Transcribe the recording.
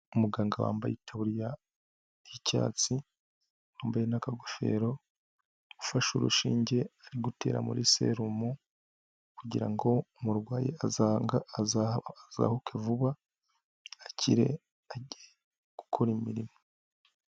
Umuganga wambaye itaburiya y'icyatsi wambaye n'akagofero ufashe urushinge ari gutera muri serumo kugira ngo umurwayi azahuke vuba akire ajye gukora imirimo.